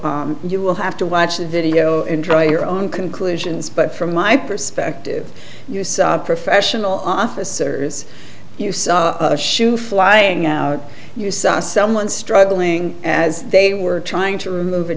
video you will have to watch the video enjoy your own conclusions but from my perspective you say professional officers use a shoe flying out you saw someone struggling as they were trying to remove a